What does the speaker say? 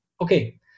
Okay